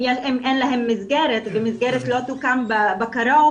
אם אין להם מסגרת ומסגרת לא תוקם בקרוב